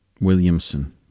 Williamson